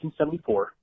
1974